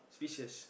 speechless